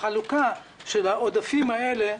בחלוקה של העודפים האלה,